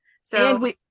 So-